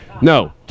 No